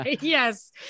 yes